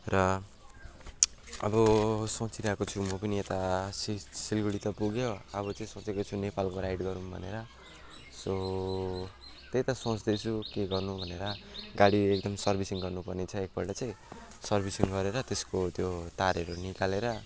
र अब सोचिरहेको छु म पनि यता सि सिलगढी त पुग्यो अब चाहिँ सोचेको छु नेपालको राइड गरौँ भनेर सो त्यही त सोच्दैछु के गर्नु भनेर गाडी एकदम सर्भिसिङ गर्नु पर्नेछ एक पल्ट चाहिँ सर्भिसिङ गरेर त्यसको त्यो तारहरू निकालेर